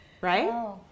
Right